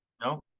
No